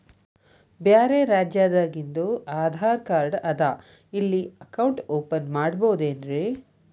ಬ್ಯಾರೆ ರಾಜ್ಯಾದಾಗಿಂದು ಆಧಾರ್ ಕಾರ್ಡ್ ಅದಾ ಇಲ್ಲಿ ಅಕೌಂಟ್ ಓಪನ್ ಮಾಡಬೋದೇನ್ರಿ?